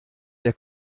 der